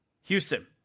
Houston